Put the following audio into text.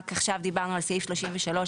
רק עכשיו דיברנו על סעיף 33,